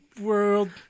world